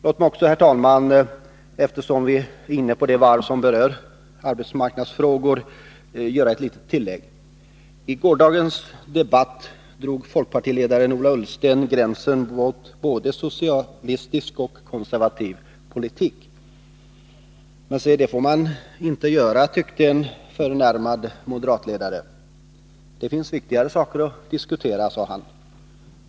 Låt mig också, herr talman — eftersom vi är inne på det varv som berör arbetsmarknadsfrågorna — göra ett litet tillägg. I gårdagens debatt drog folkpartiledaren Ola Ullsten gränser mot både socialistisk och konservativ politik. Men det får man inte göra, tyckte en förnärmad moderatledare. Det finns viktigare saker att diskutera, sade han.